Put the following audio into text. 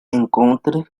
encontre